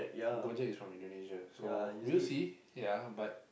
Gojek is from Indonesia so we'll see ya but